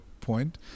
point